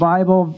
Bible